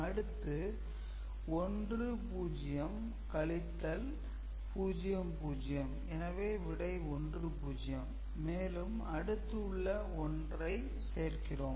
அடுத்து 1 0 கழித்தல் 0 0 எனவே விடை 1 0 மேலும் அடுத்து உள்ள 1 ஐ சேர்க்கிறோம்